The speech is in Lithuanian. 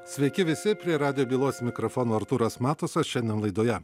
sveiki visi prie radijo bylos mikrofono artūras matusas šiandien laidoje